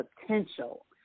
potential